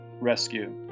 rescue